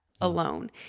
alone